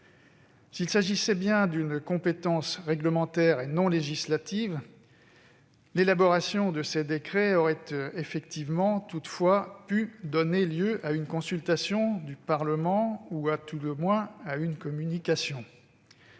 S'il s'agissait bien d'une compétence réglementaire et non législative, l'élaboration de ces décrets aurait toutefois pu donner lieu à une consultation du Parlement, ou à tout le moins à une communication.